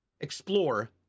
explore